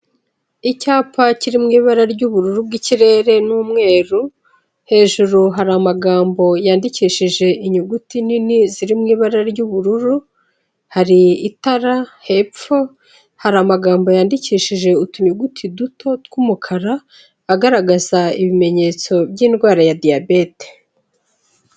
Icyapa kiri mu ibara ry'ubururu bw'ikirere n'umweru hejuru hari amagambo yandikishije inyuguti nini ziri mu ibara ry'ubururu hari itara hepfo hari amagambo yandikishije utuyuguti duto tw'umukara agaragaza ibimenyetso by'indwara ya diyabete.